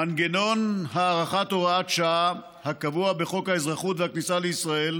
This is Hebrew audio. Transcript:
מנגנון הארכת הוראת שעה הקבוע בחוק האזרחות והכניסה לישראל